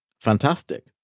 fantastic